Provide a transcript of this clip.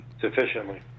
sufficiently